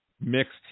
mixed